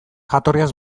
jatorriaz